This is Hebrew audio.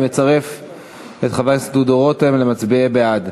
אני מצרף את חבר הכנסת דודו רותם למצביעים בעד.